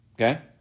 Okay